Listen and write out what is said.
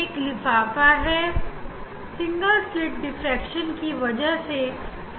यहां एक लिफाफा है जो कि सिंगल स्लिट डिफ्रेक्शन की वजह से है